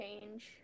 change